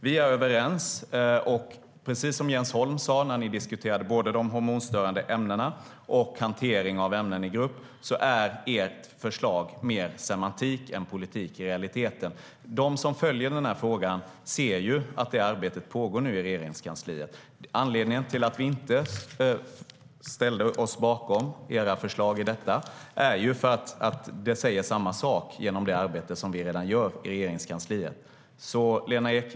Vi är överens, och precis som Jens Holm sa när vi diskuterade både de hormonstörande ämnena och hantering av ämnen i grupp är ert förslag mer semantik än politik i realiteten. De som följer frågan ser att arbetet nu pågår i Regeringskansliet. Anledningen till att vi inte ställde oss bakom era förslag i detta är att vi säger samma sak genom det arbete som vi redan gör i Regeringskansliet.